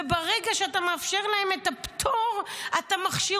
וברגע שאתה מאפשר להם את הפטור אתה מכשיר